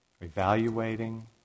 evaluating